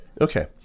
Okay